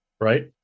right